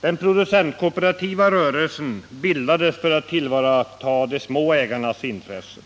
Den producentkooperativa rörelsen bildades för att tillvarata de små skogsägarnas intressen.